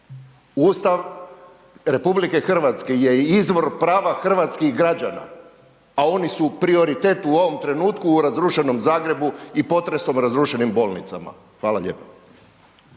Ustav RH je izvor prava hrvatskih građana, a oni su prioritet u ovom trenutku u razrušenom Zagrebu i potresom razrušenim bolnicama. Hvala lijepa.